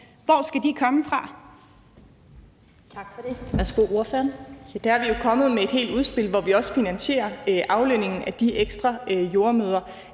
Hvor skal de komme fra?